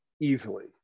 easily